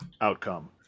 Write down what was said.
outcome